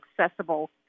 accessible